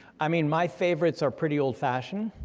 i mean my favorites are pretty old fashioned,